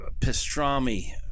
pastrami